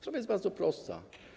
Sprawa jest bardzo prosta.